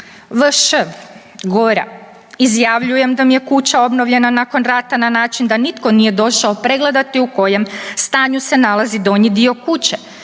VŠ, Gora. „Izjavljujem da mi je kuća obnovljena nakon rata na način da nitko nije došao pregledati u kojem stanju se nalazi donji dio kuće.